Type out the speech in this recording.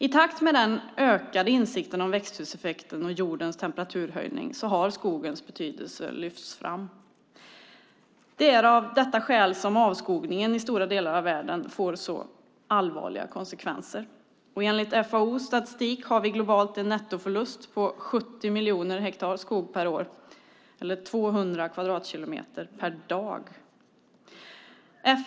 I takt med den ökade insikten om växthuseffekten och jordens temperaturhöjning har skogens betydelse lyfts fram. Det är av detta skäl som avskogningen i stora delar av världen får så allvarliga konsekvenser. Enligt FAO:s statistik har vi globalt en nettoförlust på 70 miljoner hektar skog per år eller 200 kvadratkilometer per dag.